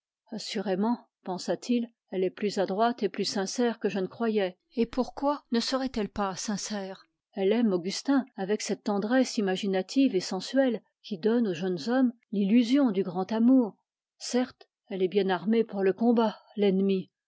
assurément pensa-t-il elle est plus adroite et plus sincère que je ne croyais et pourquoi ne serait-elle pas sincère elle aime augustin avec cette tendresse imaginative et sensuelle qui donne aux jeunes hommes l'illusion de grand amour certes elle est bien armée pour le combat l'ennemie